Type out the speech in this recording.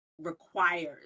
requires